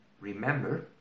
Remember